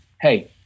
hey